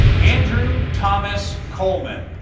andrew thomas coleman.